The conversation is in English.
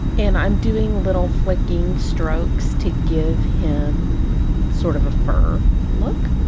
and i'm doing little flicking strokes to give him sort of a fur look